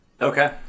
Okay